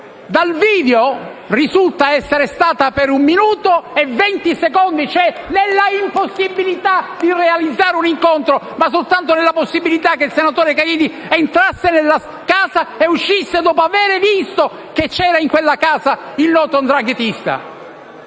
in casa risulta essere stata per un minuto e venti secondi, cioè nell'impossibilità di realizzare un incontro, ma soltanto nella possibilità che il senatore Caridi entrasse nella casa e uscisse dopo aver visto che in quella casa c'era il noto 'ndranghetista.